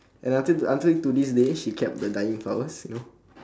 and until until to this day she kept the dying flowers you know